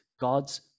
God's